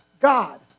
God